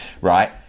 right